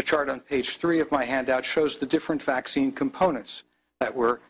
a chart on page three of my handout shows the different vaccine components that were